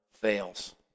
fails